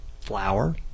flour